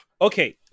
Okay